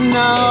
no